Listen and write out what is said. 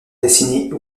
dessinée